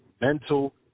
mental